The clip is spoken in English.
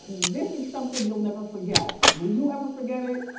this is something you'll never forget. will you ever forget it?